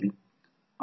तर ते आहे ते असे आहे